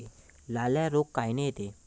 लाल्या रोग कायनं येते?